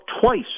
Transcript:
twice